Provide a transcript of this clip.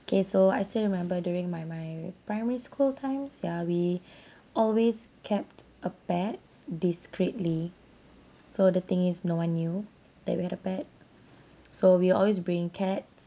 okay so I still remember during my my primary school times ya we always kept a pet discreetly so the thing is no one knew that we had a pet so we always bring cats